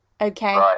Okay